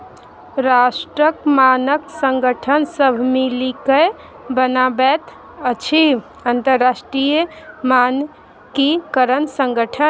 राष्ट्रक मानक संगठन सभ मिलिकए बनाबैत अछि अंतरराष्ट्रीय मानकीकरण संगठन